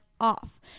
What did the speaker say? off